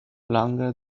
longer